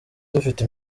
dufite